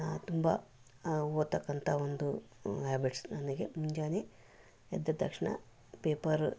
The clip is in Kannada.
ತುಂಬ ಓದತಕ್ಕಂಥ ಒಂದು ಹ್ಯಾಬಿಟ್ಸ್ ನನಗೆ ಮುಂಜಾನೆ ಎದ್ದ ತಕ್ಷಣ ಪೇಪರ್